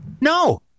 No